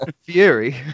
Fury